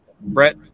Brett